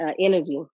energy